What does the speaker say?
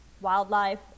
wildlife